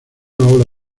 ola